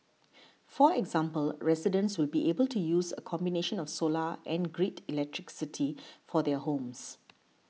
for example residents will be able to use a combination of solar and grid electricity for their homes